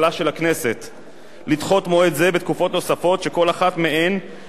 לדחות מועד זה בתקופות נוספות שכל אחת מהן לא תעלה על שנה אחת,